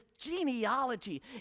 genealogy